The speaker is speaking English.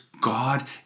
God